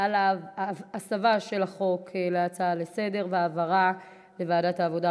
על הסבה של החוק להצעה לסדר-היום והעברה לוועדת העבודה,